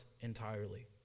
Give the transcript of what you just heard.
entirely